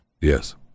Yes